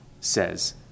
says